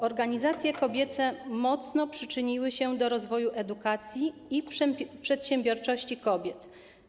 Organizacje kobiece mocno przyczyniły się do rozwoju edukacji i przedsiębiorczości kobiet.